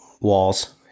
walls